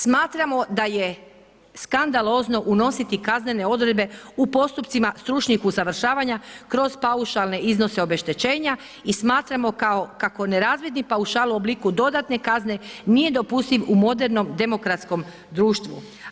Smatramo da je skandalozno unositi kaznene odredbe u postupcima stručnih usavršavanja kroz paušalne iznose obeštećenja i smatramo kao kako nerazvidni paušal u obliku dodatne kazne nije dopustiv u modernom demokratskom društvu.